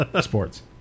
Sports